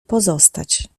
pozostać